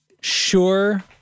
sure